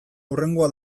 hurrengoa